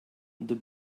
the